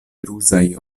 ruzaj